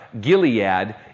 Gilead